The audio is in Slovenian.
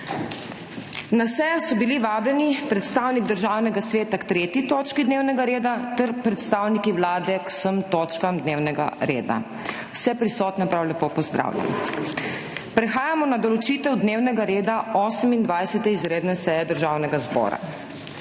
Na sejo so bili vabljeni predstavniki Državnega sveta k 3. točki dnevnega reda ter predstavniki Vlade k vsem točkam dnevnega reda. Vse prisotne prav lepo pozdravljam! Prehajamo na določitev dnevnega reda 28. izredne seje Državnega zbora.